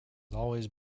always